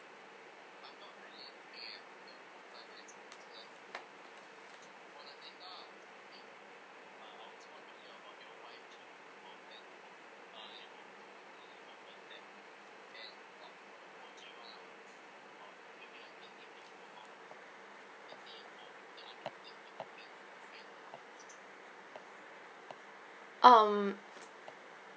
um